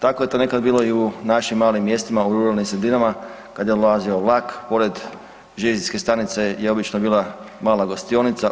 Tako je to nekada bilo i u našim malim mjestima u ruralnim sredinama kada je dolazio vlak, pored željezničke stanice je obično bila mala gostionica.